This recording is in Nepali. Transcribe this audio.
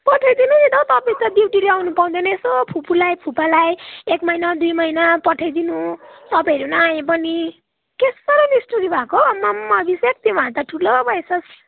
पठाइदिनु नि त हौ तपाईँ त ड्युटीले आउनु पाउँदैन यसो फुपूलाई फुपालाई एक महिना दुई महिना पठाइदिनु तपाईँहरू नआए पनि के साह्रो निष्ठुरी भाको हौ अम्मामा अभिषेक तिमीहरू त ठुलो भए छस्